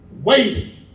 Waiting